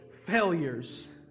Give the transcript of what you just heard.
failures